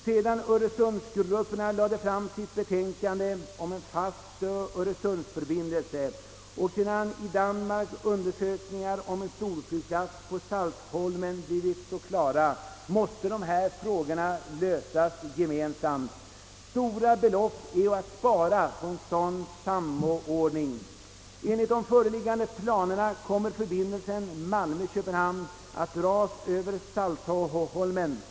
Sedan öresundsgrupperna lagt fram sitt betänkande om en fast öresundsförbindelse och sedan i Danmark undersökningarna om en storflygplats på Saltholm blivit klara måste dessa frågor lösas gemensamt. Stora belopp är att spara på en sådan samordning. Enligt de föreliggande planerna kommer förbindelsen Malmö—Köpenhamn att dras över Saltholm.